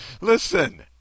listen